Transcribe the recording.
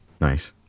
Nice